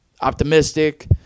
optimistic